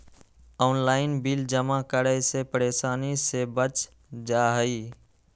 Online bill जमा करे से परेशानी से बच जाहई?